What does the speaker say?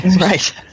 Right